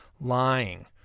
lying